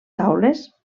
taules